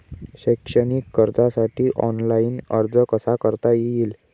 शैक्षणिक कर्जासाठी ऑनलाईन अर्ज कसा करता येईल?